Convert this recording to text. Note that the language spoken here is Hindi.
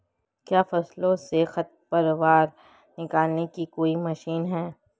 क्या फसलों से खरपतवार निकालने की कोई मशीन है?